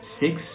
six